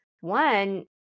one